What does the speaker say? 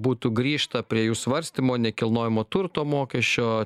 būtų grįžta prie jų svarstymo nekilnojamo turto mokesčio